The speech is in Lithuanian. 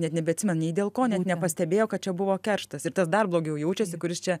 net nebeatsimena nei dėl ko net nepastebėjo kad čia buvo kerštas tas dar blogiau jaučiasi kuris čia